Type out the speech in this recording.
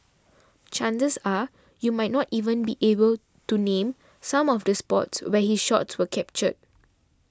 chances are you might not even be able to name some of the spots where his shots were captured